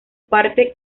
parte